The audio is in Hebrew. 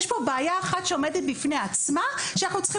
יש פה בעיה אחת שעומדת בפני עצמה שאנחנו צריכים